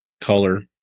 color